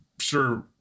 sure